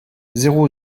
zéro